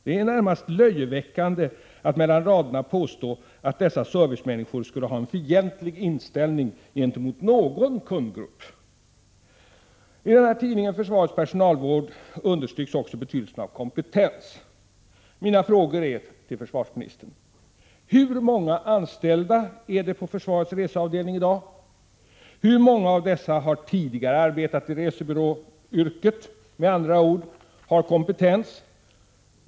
Det är närmast löjeväckande att mellan raderna i svaret påstå att dessa servicemänniskor skulle ha en fientlig inställning gentemot någon enda kundgrupp. I tidningen Försvarets personalvård understryks också betydelsen av kompetens. Jag vill fråga försvarsministern: Hur många anställda finns det i dag på försvarets reseavdelning? Hur många av dessa har tidigare arbetat i resebyråyrket och har därmed kompetens?